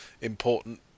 important